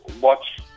watch